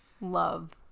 love